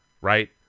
right